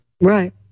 Right